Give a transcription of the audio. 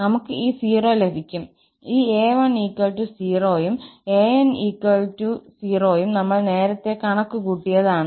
നമുക് ഈ 0 ലഭിക്കുംഈ 𝑎10 ഉം 𝑎𝑛 ഉം നമ്മൾ നേരത്തെ കണക്കുകൂട്ടിയതാണ്